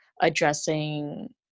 addressing